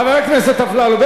חבר הכנסת אפללו,